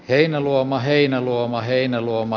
heinäluoma heinäluoma heinäluoma